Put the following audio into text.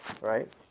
right